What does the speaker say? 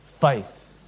faith